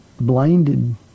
blinded